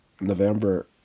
November